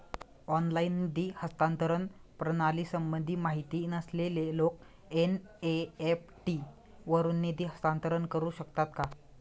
Online निधी हस्तांतरण प्रणालीसंबंधी माहिती नसलेले लोक एन.इ.एफ.टी वरून निधी हस्तांतरण करू शकतात का?